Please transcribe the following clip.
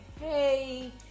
Hey